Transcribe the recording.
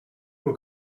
will